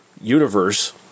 universe